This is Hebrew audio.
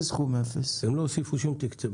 הם לא הוסיפו שום תקצוב.